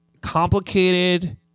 complicated